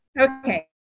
okay